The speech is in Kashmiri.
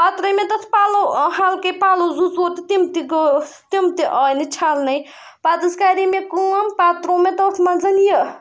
پَتہٕ ترٛٲوۍ مےٚ تَتھ پَلو ہَلکے پَلو زٕ ژور تہٕ تِم تہِ گوس تِم تہِ آے نہٕ چھَلنَے پَتہٕ حظ کَرے مےٚ کٲم پَتہٕ ترٛوو مےٚ تَتھ منٛز یہِ